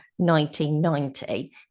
1990